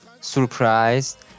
surprised